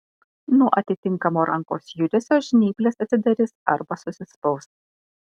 nuo atitinkamo rankos judesio žnyplės atsidarys arba susispaus